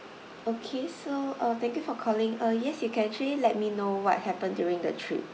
okay so uh thank you for calling uh yes you can actually let me know what happened during the trip